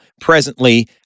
presently